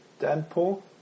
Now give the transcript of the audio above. deadpool